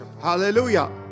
Hallelujah